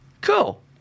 Cool